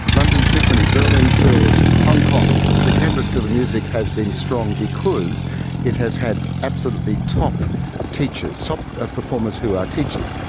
london symphony, berlin phil, hong kong the canberra school of music has been strong because it has had absolutely top teachers, top ah performers who are teachers.